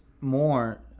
more